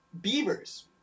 beavers